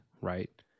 right